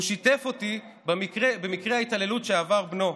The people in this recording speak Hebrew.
הוא שיתף אותי במקרה ההתעללות שעבר בנו.